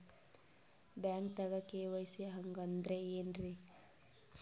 ಬ್ಯಾಂಕ್ದಾಗ ಕೆ.ವೈ.ಸಿ ಹಂಗ್ ಅಂದ್ರೆ ಏನ್ರೀ?